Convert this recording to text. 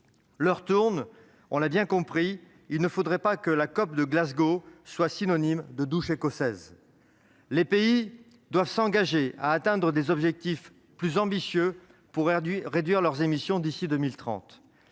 L'heure tourne ... Il ne faudrait pas que la COP de Glasgow soit synonyme de douche écossaise ! Les pays doivent s'engager à atteindre des objectifs plus ambitieux pour réduire leurs émissions d'ici à 2030.